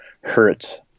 hurt